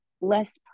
less